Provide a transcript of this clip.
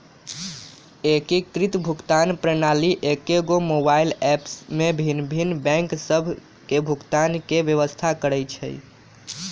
एकीकृत भुगतान प्रणाली एकेगो मोबाइल ऐप में भिन्न भिन्न बैंक सभ के भुगतान के व्यवस्था करइ छइ